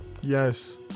Yes